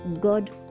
God